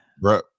bro